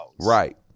Right